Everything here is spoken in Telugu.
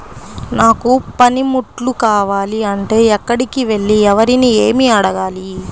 నాకు పనిముట్లు కావాలి అంటే ఎక్కడికి వెళ్లి ఎవరిని ఏమి అడగాలి?